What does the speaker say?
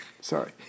Sorry